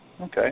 okay